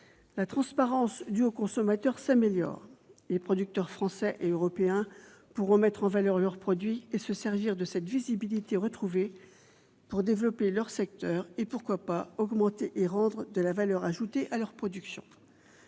la transparence due aux consommateurs s'améliore : les producteurs français et européens pourront mettre en valeur leurs produits et se servir de cette visibilité retrouvée pour développer leur secteur et, pourquoi pas, augmenter et rendre de la valeur ajoutée à leurs productions.